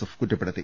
F കുറ്റപ്പെടുത്തി